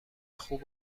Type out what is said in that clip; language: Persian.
خوب